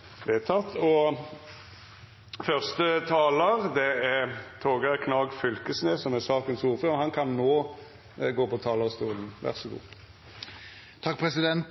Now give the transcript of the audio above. er vedteke.